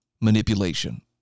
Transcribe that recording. manipulation